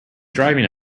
driving